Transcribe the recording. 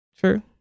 true